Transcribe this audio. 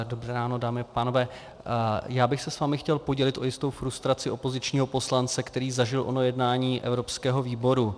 Dobré ráno, dámy a pánové, chtěl bych se s vámi podělit o jistou frustraci opozičního poslance, který zažil ono jednání evropského výboru.